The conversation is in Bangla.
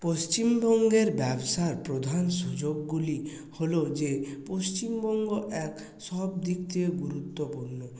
পশ্চিমবঙ্গের ব্যবসার প্রধান সুযোগগুলি হল যে পশ্চিমবঙ্গ এক সবদিক দিয়ে গুরুত্বপূর্ণ